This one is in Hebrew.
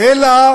אלא